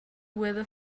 weather